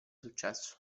successo